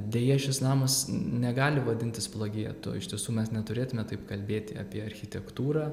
deja šis namas negali vadintis plagiatu iš tiesų mes neturėtume taip kalbėti apie architektūrą